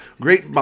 Great